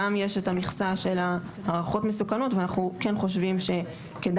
גם יש את המכסה של הערכות מסוכנות ואנחנו כן חושבים שכדאי